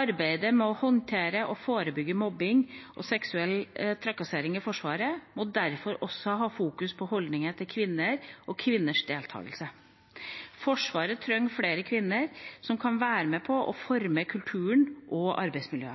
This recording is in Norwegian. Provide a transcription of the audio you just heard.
Arbeidet med å håndtere og forebygge mobbing og seksuell trakassering i Forsvaret må derfor også fokusere på holdninger til kvinner og kvinners deltakelse. Forsvaret trenger flere kvinner som kan være med på å forme